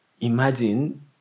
imagine